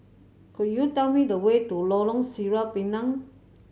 could you tell me the way to Lorong Sireh Pinang